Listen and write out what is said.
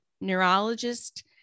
neurologist